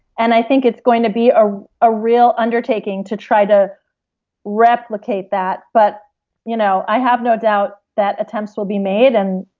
and i think it's going to be ah a real undertaking to try to replicate that, but you know i have no doubt that attempts will be made and